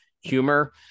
humor